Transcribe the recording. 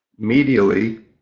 medially